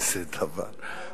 איזה דבר,